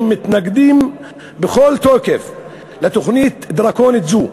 שמתנגדים בכל תוקף לתוכנית דרקונית זו.